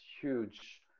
huge